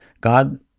God